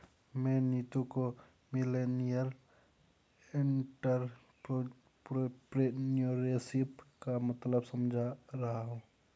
मैं नीतू को millennial entrepreneurship का मतलब समझा रहा हूं